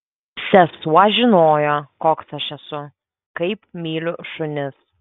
sesuo žinojo koks aš esu kaip myliu šunis